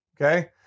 okay